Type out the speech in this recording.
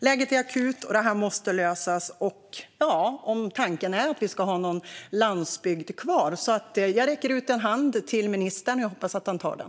Läget är akut, och det här måste lösas om tanken är att vi ska ha någon landsbygd kvar. Jag räcker ut en hand till ministern, och jag hoppas att han tar den.